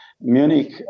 Munich